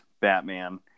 Batman